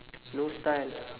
no style